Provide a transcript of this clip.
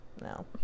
No